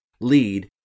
lead